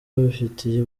babifitiye